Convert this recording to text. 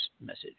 message